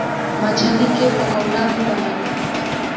मछरी के पकोड़ा भी बनेला